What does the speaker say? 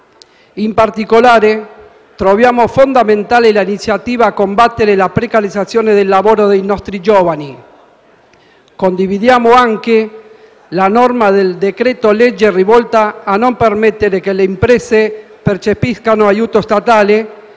In particolare, troviamo fondamentale l'iniziativa di combattere la precarizzazione del lavoro dei nostri giovani. Condividiamo anche la norma del decreto-legge rivolta a non permettere che le imprese percepiscano un aiuto statale